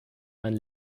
mein